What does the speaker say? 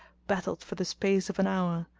battled for the space of an hour,